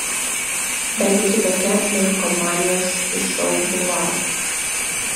bent jau kitokia negu kompanijos iš šou bulvaro